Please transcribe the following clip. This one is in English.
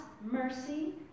mercy